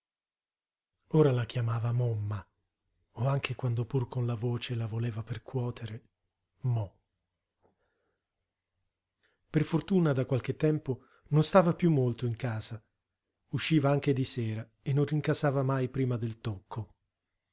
ora la chiamava momma o anche quando pur con la voce la voleva percuotere mò per fortuna da qualche tempo non stava piú molto in casa usciva anche di sera e non rincasava mai prima del tocco